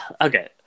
okay